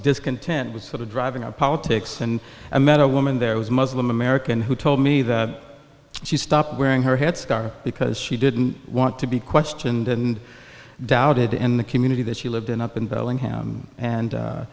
discontent was sort of driving our politics and i met a woman there was a muslim american who told me that she stopped wearing her headscarf because she didn't want to be questioned and doubted in the community that she lived in up in bellingham and